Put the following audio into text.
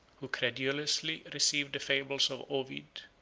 who credulously received the fables of ovid,